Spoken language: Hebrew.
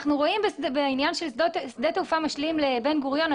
אנחנו רואים בעניין של שדה תעופה משלים לבן גוריון,